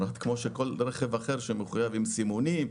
כמו כל רכב אחר שמחויב לסימונים,